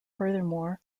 furthermore